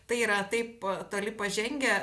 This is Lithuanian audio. tai yra taip toli pažengę